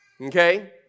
okay